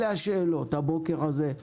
אלה השאלות הבוקר הזה,